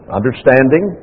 understanding